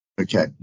okay